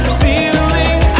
feeling